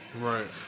Right